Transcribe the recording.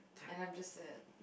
and I'm just sad